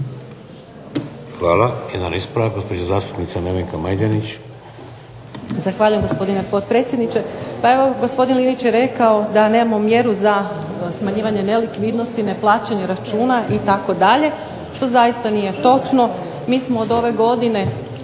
Hvala. Jedan ispravak, gospođa zastupnica Nevenka Majdenić.